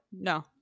No